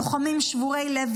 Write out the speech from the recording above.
לוחמים שבורי לב,